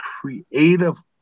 creative